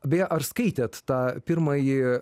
beje ar skaitėt tą pirmąjį